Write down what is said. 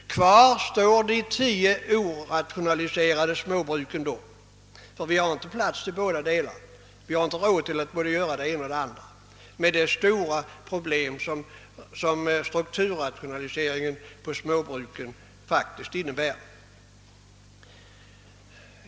Kvar står dessa tio orationaliserade småbruk. Det finns inte plats för och vi har inte råd med alla. Detta är ett av de stora problem strukturrationaliseringen av småbruken för med sig.